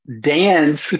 dance